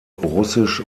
russisch